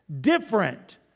different